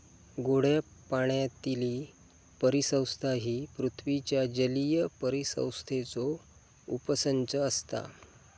गोड्या पाण्यातीली परिसंस्था ही पृथ्वीच्या जलीय परिसंस्थेचो उपसंच असता